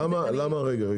רגע,